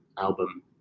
album